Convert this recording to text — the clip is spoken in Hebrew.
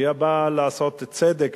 שבאה לעשות צדק,